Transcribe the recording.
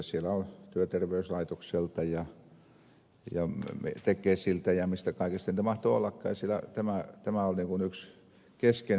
siellä oli työterveyslaitokselta ja tekesiltä ja mistä kaikesta niitä mahtoi ollakaan ja siellä tämä oli yksi keskeinen asia